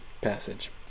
passage